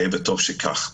וטוב שכך.